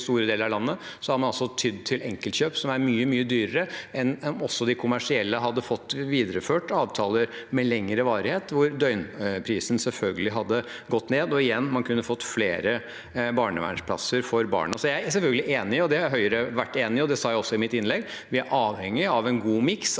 store deler av landet, har man altså tydd til enkeltkjøp, noe som er mye, mye dyrere enn om de kommersielle hadde fått videreføre avtaler med lengre varighet, hvor døgnprisen selvfølgelig hadde gått ned. Igjen: Man kunne da fått flere barnevernsplasser for barna. Så er jeg selvfølgelig enig i – dette har Høyre vært enig i, og jeg sa det også i mitt innlegg – at vi er avhengig av en god miks